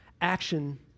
Action